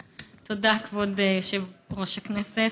תודה, כבוד יושב-ראש הכנסת.